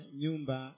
nyumba